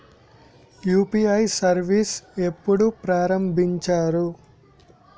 UPI service ఎప్పుడు ప్రారంభించారు?